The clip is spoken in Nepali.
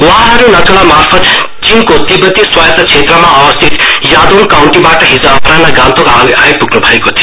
वहाँहरू नथुलामार्फत चीनको तिब्बती स्वायन्त क्षेत्रमा अवस्थित योदोङ काउण्टीबाट हिज अप्राहन्न गान्तोक आइपुग्नु भएको थियो